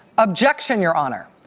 objection, your honor.